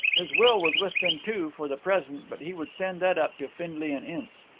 his will was with them, too, for the present, but he would send that up to findlay and ince.